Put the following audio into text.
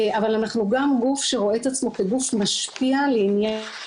אבל אנחנו גם גוף שרואה את עצמו כגוף משפיע לעניין